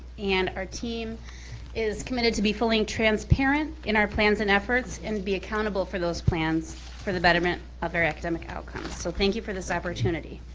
and our team is committed to being fully transparent in our plans and efforts, and be accountable for those plans for the betterment of their academic outcomes. so thank you for this opportunity.